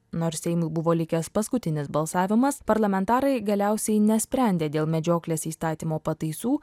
nors seimui buvo likęs paskutinis balsavimas parlamentarai galiausiai nesprendė dėl medžioklės įstatymo pataisų